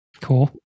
Cool